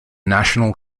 national